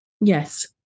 Yes